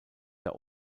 der